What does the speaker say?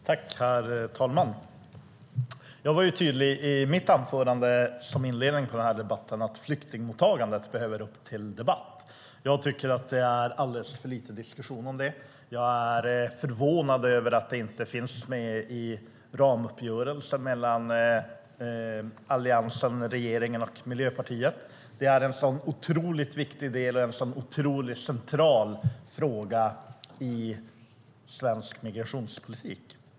Herr talman! Jag var tydlig i mitt anförande som inledde den här debatten att flyktingmottagandet behöver komma upp till debatt. Det är alldeles för lite diskussion om det, och jag är förvånad över att det inte finns med i ramuppgörelsen mellan Alliansen, regeringen och Miljöpartiet. Det är en så otroligt viktig del och en så otroligt central fråga i svensk migrationspolitik.